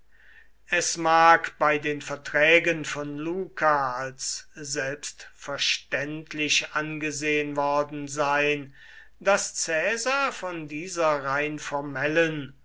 es mag bei den verträgen von luca als selbstverständlich angesehen worden sein daß caesar von dieser